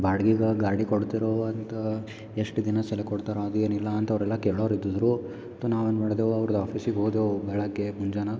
ಬಾಡ್ಗಿಗೆ ಗಾಡಿ ಕೊಡ್ತಿರೋವಂಥ ಎಷ್ಟು ದಿನ ಸಲ ಕೊಡ್ತಾರೆ ಅದು ಏನು ಇಲ್ಲಾಂತ ಅವರೆಲ್ಲ ಕೇಳೋರು ಇದ್ದದ್ರು ಅಥ್ವ ನಾವು ಏನು ಮಾಡಿದೆವು ಅವ್ರದು ಆಫೀಸಿಗೆ ಹೋದೇವು ಬೆಳಗ್ಗೆ ಮುಂಜಾನೆ